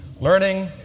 Learning